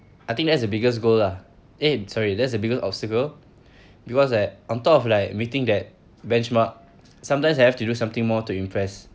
I think that's the biggest goal lah eh sorry that's the biggest obstacle because at on top of like meeting that benchmark sometimes I have to do something more to impress